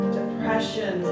depression